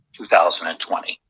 2020